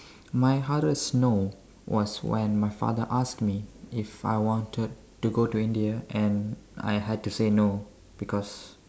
my hardest no was when my father asked me if I wanted to go to India and I had to say no because